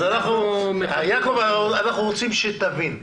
יעקב, אנחנו רוצים שתבין.